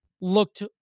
looked